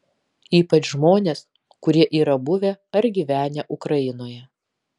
ypač žmonės kurie yra buvę ar gyvenę ukrainoje